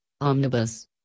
Omnibus